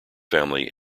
family